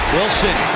Wilson